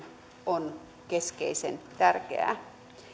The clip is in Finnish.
on keskeisen tärkeää